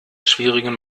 schwierigen